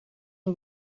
een